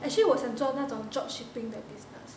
actually 我想做那种 job shipping 的 business